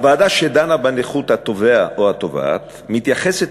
הוועדה שדנה בנכות התובע או התובעת מתייחסת